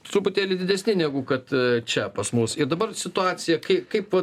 cuputėli didesni negu kad čia pas mus ir dabar situacija kaip kaip vat